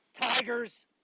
Tigers